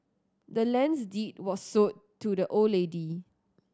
the land's deed was sold to the old lady